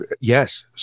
yes